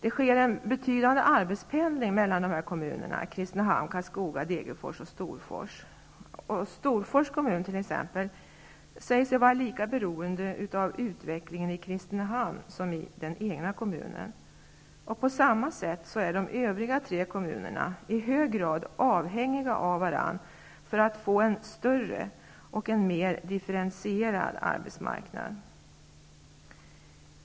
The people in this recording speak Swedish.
Det sker en betydande arbetspendling mellan kommunerna Kristinehamn, Karlskoga, Degerfors och Storfors. Exempelvis Storfors kommun säger sig vara lika beroende av utvecklingen i Kristinehamn som av utvecklingen i den egna kommunen. På samma sätt är de övriga tre kommunerna i hög grad avhängiga av varandra för att få en större och en mer differentierad arbetsmarknad.